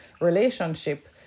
relationship